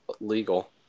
legal